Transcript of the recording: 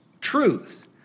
Truth